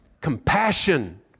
compassion